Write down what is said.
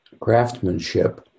craftsmanship